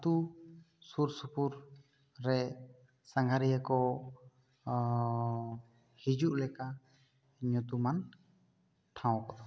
ᱟᱛᱳ ᱥᱩᱨ ᱥᱩᱯᱩᱨ ᱨᱮ ᱥᱟᱸᱜᱷᱟᱨᱤᱭᱟᱹ ᱠᱚ ᱦᱚᱸ ᱦᱤᱡᱩᱜ ᱞᱮᱠᱟ ᱧᱩᱛᱩᱢᱟᱱ ᱴᱷᱟᱶ